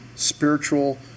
spiritual